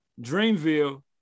Dreamville